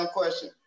question